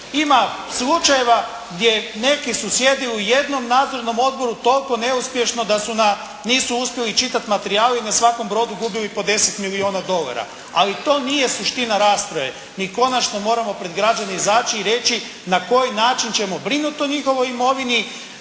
Ima slučajeva gdje neki su sjedili u jednom nadzornom odboru toliko neuspješno da nisu uspjeli čitati materijale i na svakom brodu gubili po 10 milijuna dolara, ali to nije suština rasprave. Mi konačno moramo pred građane izaći i reći na koji način ćemo brinuti o njihovoj imovini,